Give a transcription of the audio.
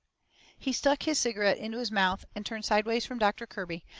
he stuck his cigarette into his mouth and turned sideways from doctor kirby,